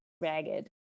ragged